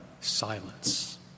silence